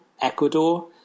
Ecuador